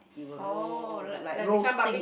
it will roll like roasting